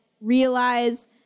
realize